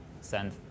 send